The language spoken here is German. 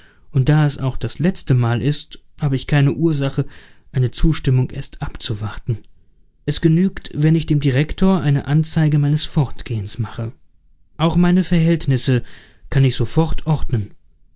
und da es auch das letzte mal ist habe ich keine ursache eine zustimmung erst abzuwarten es genügt wenn ich dem direktor die anzeige meines fortgehens mache auch meine verhältnisse kann ich sofort ordnen